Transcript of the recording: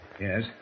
Yes